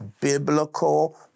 biblical